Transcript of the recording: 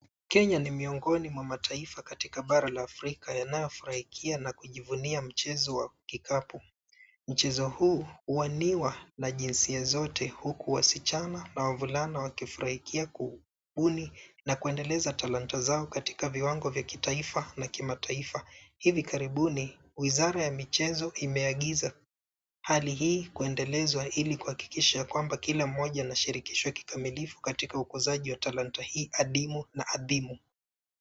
Kenya ni miongoni mwa mataifa katika bara la afrika yanayofurahikia na kujivunia mchezo wa kikapu. Mchezo huu huwaniwa na jinsia zote huku wasichana na wavulana wakifurahikia kubuni na kuendeleza talanta zao katika viwango vya kitaifa na kimataifa. Hivi karibuni wizara ya michezo imeagiza hali hii kuendelezwa ili kuhakikishia kwamba kila mmoja anashirikishwa kikamilifu katika ukuzaji wa talanta hii adimu na adhimu.